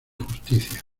justicia